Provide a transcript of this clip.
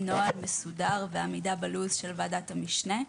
נוהל מסודר ועמידה בלו"ז של ועדת המשנה.